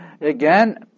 Again